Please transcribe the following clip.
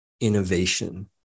innovation